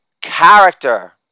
character